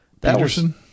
Peterson